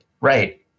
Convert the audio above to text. right